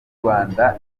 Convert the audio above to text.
rwanda